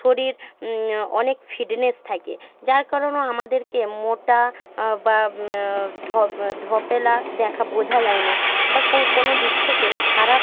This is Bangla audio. শরীর অনেক ফিটনেস থাকে যার কারণও আমাদেরকে মোটা বা ঢপ ঢপেলা দেখা বোঝা যায় না বা কোনো দিক থেকে খারাপ